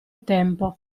tempo